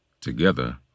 Together